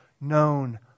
known